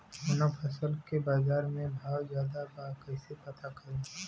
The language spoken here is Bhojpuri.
कवना फसल के बाजार में भाव ज्यादा बा कैसे पता करि?